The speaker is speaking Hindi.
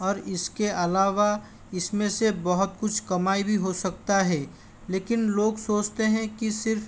और इसके अलावा इसमें से बहुत कुछ कमाई भी हो सकता है लेकिन लोग सोचते हैं कि सिर्फ़